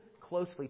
closely